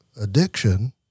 addiction